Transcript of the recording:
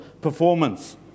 performance